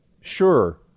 sure